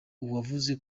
uwavuze